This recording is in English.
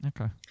Okay